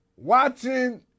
Watching